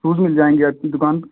shoes मिल जाएँगे आपकी दुकान पर